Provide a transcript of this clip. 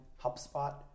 HubSpot